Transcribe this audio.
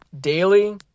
daily